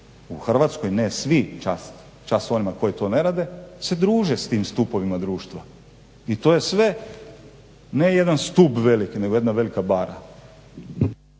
u Hrvatskoj, ne svi čast onima koji to ne rade, se druže s tim stupovima društva i to je sve ne jedan stup veliki nego jedna velika bara.